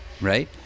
right